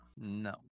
No